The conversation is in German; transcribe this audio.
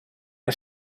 der